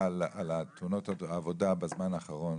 על תאונות העבודה שהיו בזמן האחרון.